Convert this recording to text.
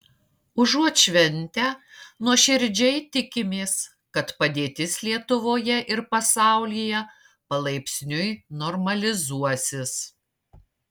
užuot šventę nuoširdžiai tikimės kad padėtis lietuvoje ir pasaulyje palaipsniui normalizuosis